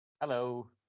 Hello